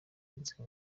kunsaba